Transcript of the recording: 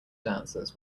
dancers